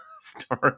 story